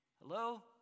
Hello